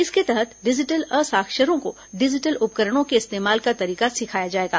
इसके तहत डिजिटल असाक्षरों को डिजिटल उपकरणों के इस्तेमाल का तरीका सिखाया जाएगा